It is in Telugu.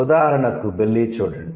ఉదాహరణకు 'బెల్లీ' చూడండి